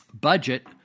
budget